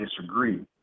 disagree